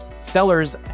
sellers